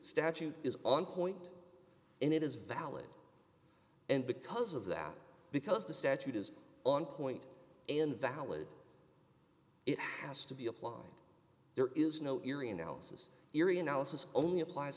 statute is on point and it is valid and because of that because the statute is on point and valid it has to be applied there is no eerie analysis eery analysis only applies